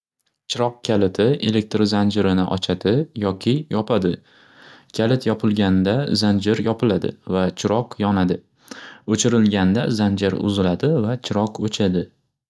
Chiroq kaliti elektr zanjirini ochadi yoki yopadi. Kalit yopilganda zanjir yopiladi va chiroq yonadi. O'chirilganda zanjir uziladi va chiroq o'chadi.